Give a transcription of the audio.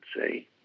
say